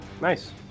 Nice